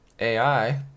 AI